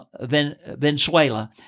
Venezuela